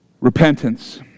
Repentance